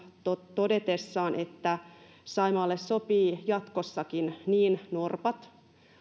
todetessaan että saimaalle sopivat jatkossakin niin norpat